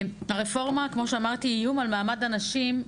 הרפורמה כמו שאמרתי היא איום על מעמד הנשים,